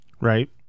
Right